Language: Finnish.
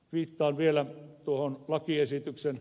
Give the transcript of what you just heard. viittaan vielä lakiesityksen